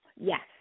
Yes